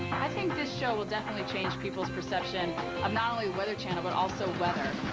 i think this show will definitely change people's perception of not only weather channel but also weather.